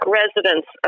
residents